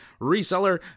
reseller